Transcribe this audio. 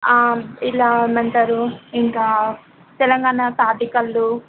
ఇలా ఏమంటారు ఇంకా తెలంగాణ తాటికల్లు